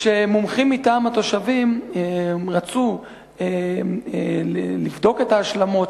כשמומחים מטעם התושבים רצו לבדוק את ההשלמות